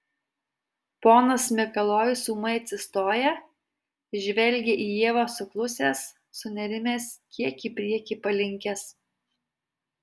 ponas mikalojus ūmai atsistoja žvelgia į ievą suklusęs sunerimęs kiek į priekį palinkęs